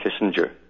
Kissinger